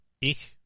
Ich